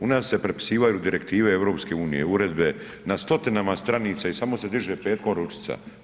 U nas se prepisivaju direktive EU, uredbe, na stotina stranica i samo se diže petkom ručica.